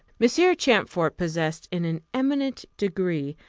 monsieur champfort possessed, in an eminent degree,